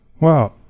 Wow